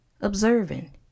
Observing